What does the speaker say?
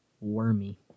Wormy